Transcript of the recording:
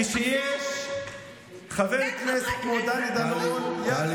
כשיש חבר כנסת כמו דני דנון, אין